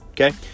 okay